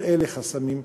כל אלה חסמים,